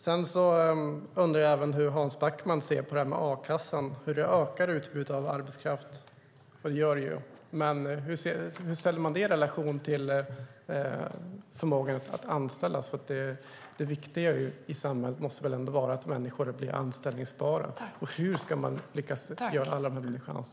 Jag undrar även hur Hans Backman ser på a-kassan, hur det ökar utbudet av arbetskraft, vilket det ju gör. Hur ställer man det i relation till förmågan att anställa? Det viktiga i samhället måste väl vara att människor blir anställbara? Hur ska man lyckas med det?